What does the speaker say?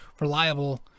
reliable